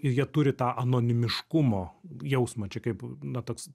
ir jie turi tą anonimiškumo jausmą čia kaip na toks